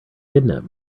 kidnap